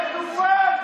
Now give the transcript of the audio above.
לך.